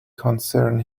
concern